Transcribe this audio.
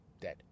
Dead